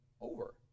over